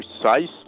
precisely